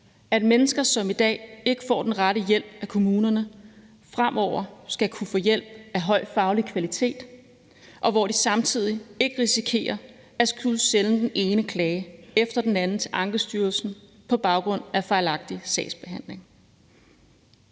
at mennesker, som i dag ikke får den rette hjælp af kommunerne, fremover skal kunne få hjælp af høj faglig kvalitet, og hvor de samtidig ikke risikerer at skulle sende den ene klage efter den anden til Ankestyrelsen på baggrund af fejlagtig sagsbehandling.